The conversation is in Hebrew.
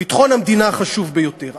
ביטחון המדינה חשוב ביותר.